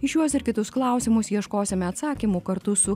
į šiuos ir kitus klausimus ieškosime atsakymų kartu su